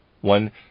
one